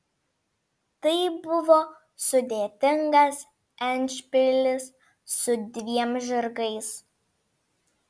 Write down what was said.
tai buvo sudėtingas endšpilis su dviem žirgais